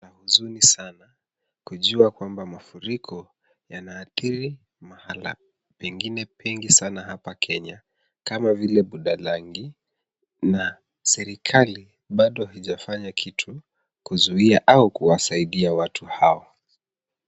Ni huzuni sana kujua kwamba mafuriko yanaathiri mahala pengine pengi sana hapa Kenya, kama vile Budalangi na serikali bado haijafanya kitu kuzuia au kuwasaidia watu hao.